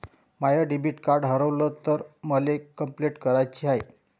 माय debit card हारवल तर मले कंपलेंट कराची हाय